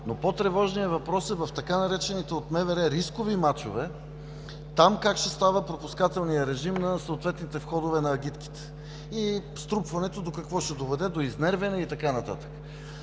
По-тревожният въпрос е: в така наречените от МВР рискови мачове, там как ще става пропускателният режим на съответните входове на агитките и струпването на хора до какво ще доведе – до изнервяне и така нататък?